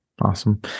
Awesome